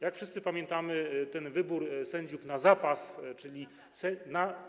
Jak wszyscy pamiętamy, ten wybór sędziów na zapas, czyli na.